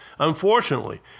Unfortunately